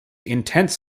intense